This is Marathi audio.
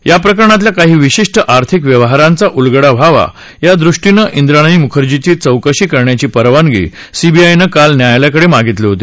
या प्रकरणातल्या काही विशिष्ट आर्थिक व्यवहारांचा उलगडा व्हावा या दृष्टीने इंद्राणी मुखर्जीची चौकशी करण्याची परवानगी सीबीआयनं काल न्यायालयाकडे मागितली होती